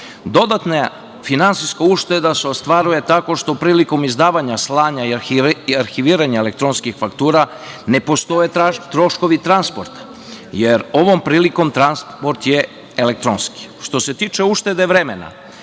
ušteda. Dodatna finansijska ušteda se ostvaruje tako što prilikom izdavanja, slanja i arhiviranja elektronskih faktura ne postoje troškovi transporta, jer ovom prilikom transport je elektronski. Što se tiče uštede vremena,